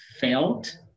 felt